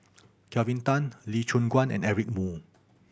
Kelvin Tan Lee Choon Guan and Eric Moo